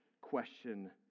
question